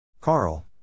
Carl